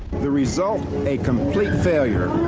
the result a complete failure.